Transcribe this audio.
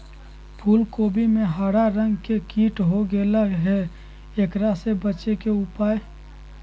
फूल कोबी में हरा रंग के कीट हो गेलै हैं, एकरा से बचे के उपाय?